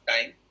time